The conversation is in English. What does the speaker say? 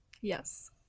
Yes